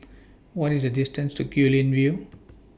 What IS The distance to Guilin View